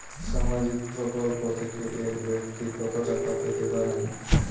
সামাজিক প্রকল্প থেকে এক ব্যাক্তি কত টাকা পেতে পারেন?